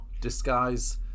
Disguise